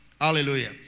Hallelujah